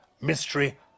Mystery